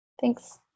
Thanks